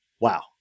wow